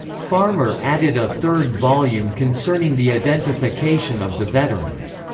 farmer added a third volume concerning the identification of the veterans.